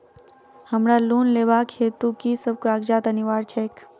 हमरा लोन लेबाक हेतु की सब कागजात अनिवार्य छैक?